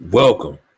welcome